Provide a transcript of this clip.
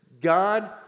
God